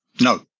No